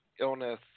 illness